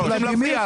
לקיים?